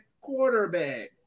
quarterback